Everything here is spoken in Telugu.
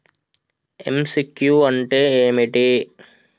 ఎమ్.సి.క్యూ అంటే ఏమిటి?